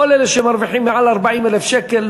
כל אלה שמרוויחים מעל 40,000 שקל,